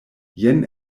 jen